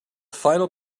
final